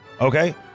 okay